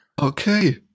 okay